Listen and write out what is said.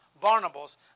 Barnabas